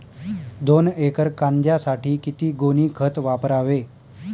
दोन एकर कांद्यासाठी किती गोणी खत वापरावे?